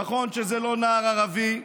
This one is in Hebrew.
נכון שזה לא נער ערבי,